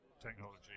technology